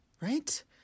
right